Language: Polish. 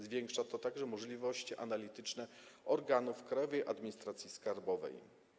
Zwiększa to także możliwości analityczne organów Krajowej Administracji Skarbowej.